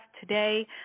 today